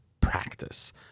practice